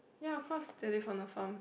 ya cause they live on the farm